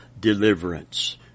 deliverance